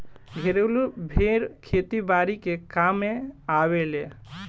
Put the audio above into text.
घरेलु भेड़ खेती बारी के कामे आवेले